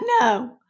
No